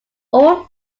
all